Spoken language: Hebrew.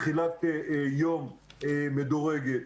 תחילת יום מדורגת.